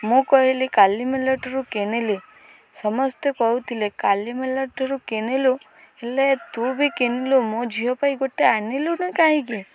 ମୁଁ କହିଲି କାଲି ମେଳାଠାରୁ କିଣିଲି ସମସ୍ତେ କହୁଥିଲେ କାଲି ମେଳାଠାରୁ କିଣିଲୁ ହେଲେ ତୁ ବି କିଣିଲୁ ମୋ ଝିଅ ପାଇଁ ଗୋଟିଏ ଆଣିଲୁନି କାହିଁକି